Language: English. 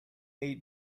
ate